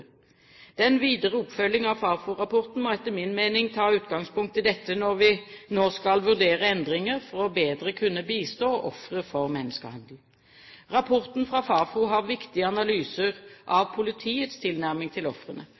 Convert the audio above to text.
Den videre oppfølging av Fafo-rapporten må etter min mening ta utgangspunkt i dette når vi nå skal vurdere endringer for bedre å kunne bistå ofre for menneskehandel. Rapporten fra Fafo har viktige analyser av politiets tilnærming til ofrene